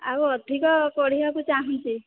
ଆଉ ଅଧିକ ପଢିବାକୁ ଚାହୁଁଛି